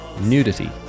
nudity